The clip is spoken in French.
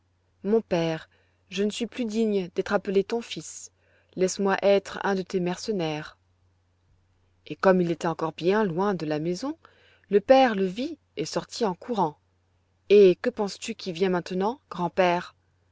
mon père je ne suis plus digne d'être appelé ton fils laisse-moi être un de tes mercenaires et comme il était encore bien loin de la maison le père le vit et sortit en courant et que penses-tu qui vient maintenant grand-père